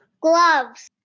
gloves